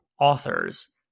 authors